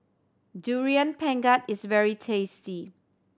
Durian Pengat is very tasty